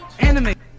anime